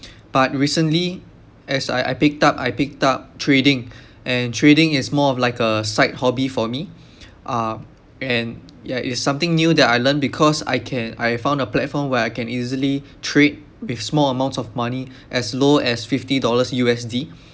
but recently as I I picked up I picked up trading and trading is more of like a side hobby for me uh and yeah it's something new that I learn because I can I found a platform where I can easily trade with small amounts of money as low as fifty dollars U_S_D